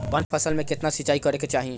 कवन फसल में केतना सिंचाई करेके चाही?